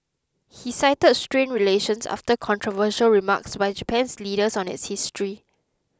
he cited strained relations after controversial remarks by Japan's leaders on its history